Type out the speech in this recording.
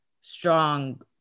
strong